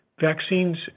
Vaccines